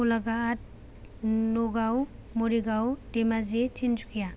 Golaghat Nagaon Morigaon Dhemaji Tinsukia